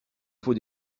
faut